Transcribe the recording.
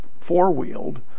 four-wheeled